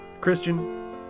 Christian